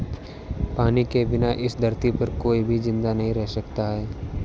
पानी के बिना इस धरती पर कोई भी जिंदा नहीं रह सकता है